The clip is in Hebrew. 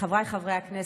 חבריי חברי הכנסת,